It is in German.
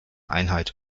einheit